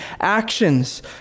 actions